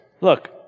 Look